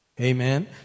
Amen